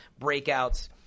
breakouts